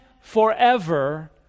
forever